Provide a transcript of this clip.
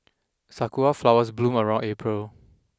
sakura flowers bloom around April